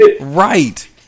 right